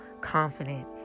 confident